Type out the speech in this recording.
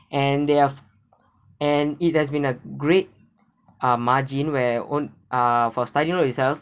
and they have and it has been a great ah margin where own ah for studying loan itself